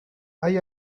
hay